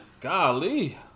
golly